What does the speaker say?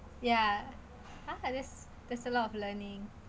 ya ah that's that's a lot of learning